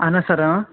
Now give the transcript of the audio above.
اہن حظ سَر